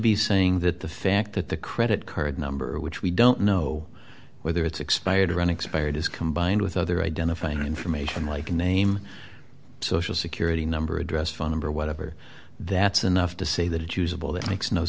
be saying that the fact that the credit card number which we don't know whether it's expired or unexpired is combined with other identifying information like name social security number address phone number whatever that's enough to say that usable that makes no